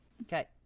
Okay